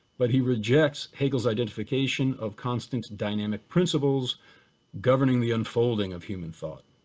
but he rejects hegel's identification of constant dynamic principles governing the unfolding of human thought.